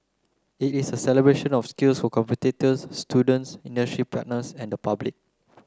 it is a celebration of skills for competitors students industry partners and the public